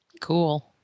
Cool